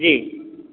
जी